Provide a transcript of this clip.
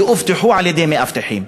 יאובטחו על-ידי מאבטחים,